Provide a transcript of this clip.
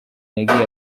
yagiye